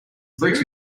fruits